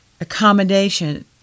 accommodation